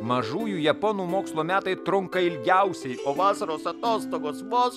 mažųjų japonų mokslo metai trunka ilgiausiai o vasaros atostogos vos